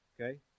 Okay